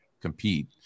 compete